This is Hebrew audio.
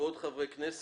ועוד חברי כנסת.